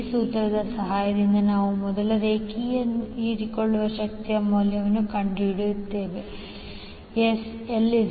ಈ ಸೂತ್ರದ ಸಹಾಯದಿಂದ ನಾವು ಮೊದಲು ರೇಖೆಯಿಂದ ಹೀರಿಕೊಳ್ಳುವ ಶಕ್ತಿಯ ಮೌಲ್ಯವನ್ನು ಕಂಡುಹಿಡಿಯುತ್ತೇವೆ Sl3Ip2Zl36